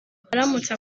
aramutse